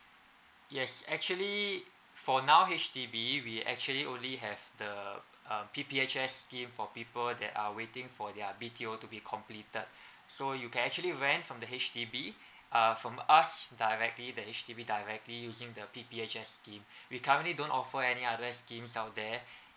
yes actually for now H_D_B we actually only have the uh P_P_H_S scheme for people that are waiting for their B_T_O to be completed so you can actually rent from the H_D_B uh from us directly the H_D_B directly using the P_P_H_S scheme we currently don't offer any other schemes out there